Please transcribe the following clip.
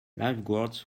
lifeguards